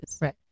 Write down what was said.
Right